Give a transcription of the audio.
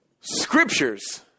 scriptures